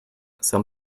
some